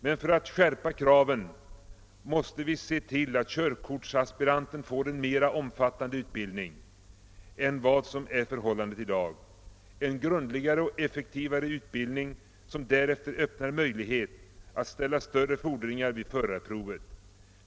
Men för att kunna skärpa kraven måste vi se till att körkortsaspiranten får en mer omfattande utbildning än han i dag får, en grundligare och effektivare utbildning som ger möjligheter att ställa större fordringar vid förarprovet.